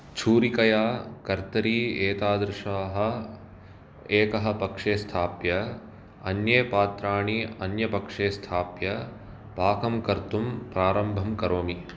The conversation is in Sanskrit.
छूरिकया कर्तरी एतादृशाः एकः पक्षे स्थाप्य अन्ये पात्राणि अन्यपक्षे स्थाप्य पाकं कर्तुं प्रारम्भं करोमि